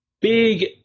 big